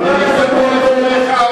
מי שהגיע אחרון הולך ראשון.